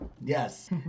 Yes